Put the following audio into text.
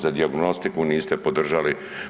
Za dijagnostiku niste podržali.